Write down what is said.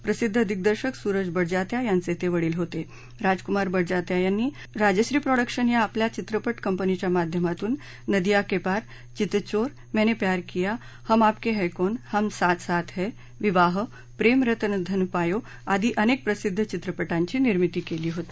प्रसिद्ध दिग्दर्शक सूरज बडजात्या यांचे वडील असलेले राजकूमार बडजात्या यांनी राजश्री प्रोडक्शन या आपल्या चित्रपट कंपनीच्या माध्यमातून नदिया के पार चितचोर मर्तीप्यार किया हम आपके हळीन हम साथ साथ ह्र प्रिवाह प्रेम रतन धन पायो आदी अनेक प्रसिद्ध चित्रपटांची निर्मिती केली होती